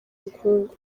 ubukungu